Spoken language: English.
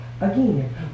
Again